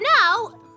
now